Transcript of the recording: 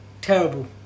Terrible